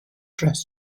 dress